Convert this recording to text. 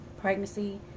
pregnancy